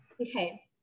Okay